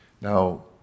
Now